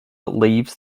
leaves